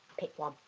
pick one.